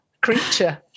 creature